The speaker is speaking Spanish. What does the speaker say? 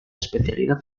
especialidad